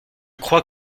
crois